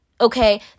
Okay